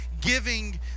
giving